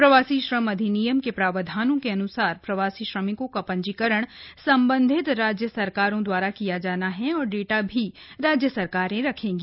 प्रवासी श्रम अधिनियम के प्रावधानों के अन्सार प्रवासी श्रमिकों का पंजीकरण संबंधित राज्य सरकारों द्वारा किया जाना है और डेटा भी राज्य सरकारें रखेगी